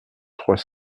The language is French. trois